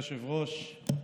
אדוני היושב-ראש,